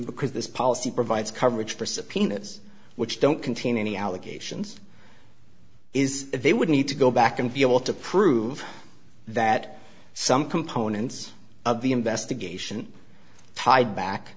because this policy provides coverage for subpoenas which don't contain any allegations is that they would need to go back and be able to prove that some components of the investigation tied back